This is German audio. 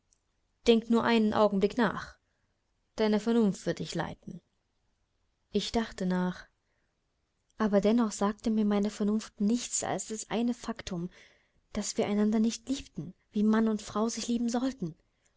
denk nur einen augenblick nach deine vernunft wird dich leiten ich dachte nach aber dennoch sagte mir meine vernunft nichts als das eine faktum daß wir einander nicht liebten wie mann und weib sich lieben sollen